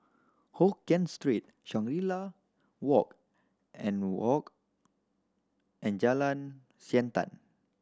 Hokkien Street Shangri La Walk and Walk and Jalan Siantan